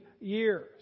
years